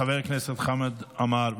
חבר הכנסת חמד עמאר,